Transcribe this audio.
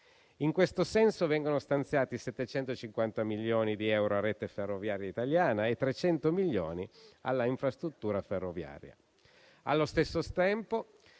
In questo senso vengono stanziati 750 milioni di euro a Rete ferroviaria italiana e 300 milioni alla infrastruttura ferroviaria. Allo stesso tempo,